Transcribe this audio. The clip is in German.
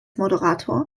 moderator